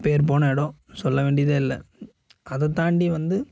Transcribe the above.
பேர் போன இடம் சொல்ல வேண்டியதே இல்லை அதை தாண்டி வந்து